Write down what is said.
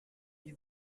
den